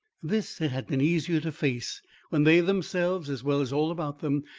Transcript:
this it had been easier to face when they themselves as well as all about them,